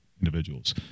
individuals